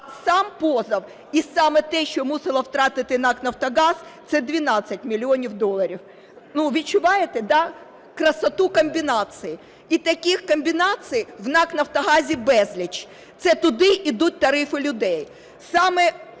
сам позов і саме те, що мусило втратити НАК "Нафтогаз", - це 12 мільйонів доларів. Відчуваєте, да, красоту комбінації? І таких комбінацій в НАК "Нафтогазі" безліч, це туди йдуть тарифи людей.